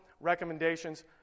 recommendations